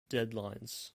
deadlines